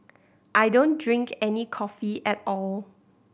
I don't drink any coffee at all